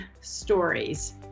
stories